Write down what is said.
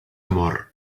amor